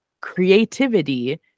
creativity